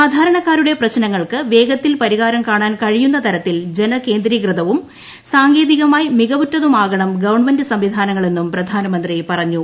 സാധാരണക്കാരുടെ പ്രശ്നങ്ങൾക്ക് വേഗത്തിൽ പരിഹാരം കാണാൻ കഴിയുന്ന തരത്തിൽ ജനകേന്ദ്രീകൃതവും സാങ്കേതികമായി മികവുറ്റതുമാകണം ഗവൺമെന്റ് സംവിധാനങ്ങൾ എന്നും പ്രധാനമന്ത്രി പറഞ്ഞു